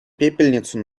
пепельницу